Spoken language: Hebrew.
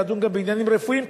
לדון גם בעניינים רפואיים,